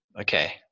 okay